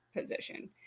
position